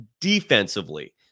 defensively